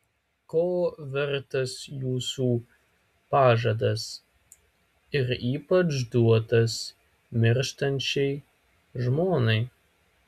ko vertas jūsų pažadas ir ypač duotas mirštančiai žmonai